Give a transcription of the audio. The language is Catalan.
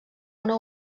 una